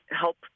help